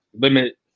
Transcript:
limit